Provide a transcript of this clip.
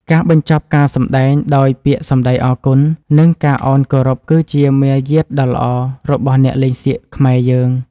ការបញ្ចប់ការសម្តែងដោយពាក្យសម្តីអរគុណ និង ការឱនគោរពគឺជាមារយាទដ៏ល្អរបស់អ្នកលេងសៀកខ្មែរយើង។